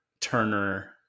Turner